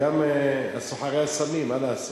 של סוחרי הסמים, מה לעשות.